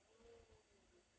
oo